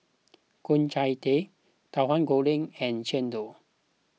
Ku Chai Kueh Tahu Goreng and Chendol